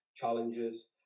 challenges